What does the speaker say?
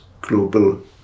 global